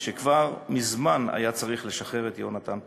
שכבר מזמן היה צריך לשחרר את יהונתן פולארד.